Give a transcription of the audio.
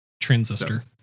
transistor